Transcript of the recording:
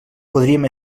podríem